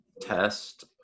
test